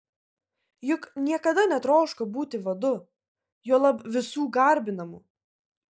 juk niekada netroško būti vadu juolab visų garbinamu